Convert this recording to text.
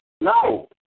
No